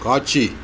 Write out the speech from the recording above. காட்சி